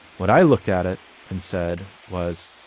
what i looked at it and said was,